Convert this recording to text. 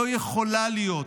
לא יכולה להיות.